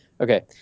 Okay